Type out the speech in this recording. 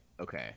Okay